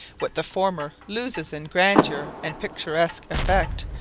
what the former loses in grandeur and picturesque effect,